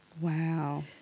Wow